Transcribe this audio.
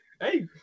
hey